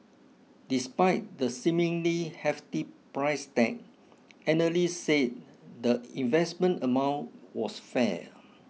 despite the seemingly hefty price tag analysts said the investment amount was fair